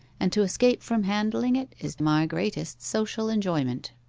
and to escape from handling it is my greatest social enjoyment